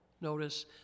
notice